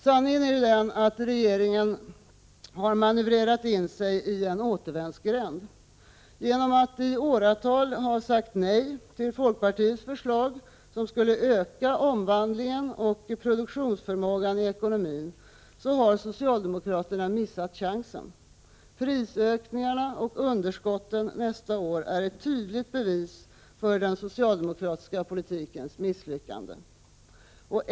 Sanningen är den att regeringen har manövrerat in sig i en återvändsgränd. Genom att i åratal ha sagt nej till folkpartiets förslag, som skulle öka omvandlingen och produktionsförmågan i ekonomin, har socialdemokraterna missat chansen. Prisökningarna och underskotten nästa år är ett tydligt bevis för den socialdemokratiska politikens misslyckande.